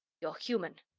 you're human!